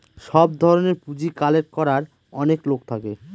সব ধরনের পুঁজি কালেক্ট করার অনেক লোক থাকে